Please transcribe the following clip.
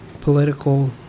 Political